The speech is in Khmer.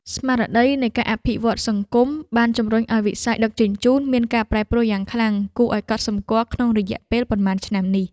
ស្មារតីនៃការអភិវឌ្ឍន៍សង្គមបានជំរុញឱ្យវិស័យដឹកជញ្ជូនមានការប្រែប្រួលយ៉ាងខ្លាំងគួរឱ្យកត់សម្គាល់ក្នុងរយៈពេលប៉ុន្មានឆ្នាំនេះ។